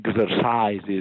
exercises